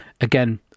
again